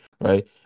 right